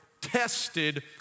tested